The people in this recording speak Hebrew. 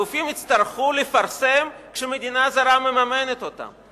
הגופים יצטרכו לפרסם כשמדינה זרה מממנת אותם.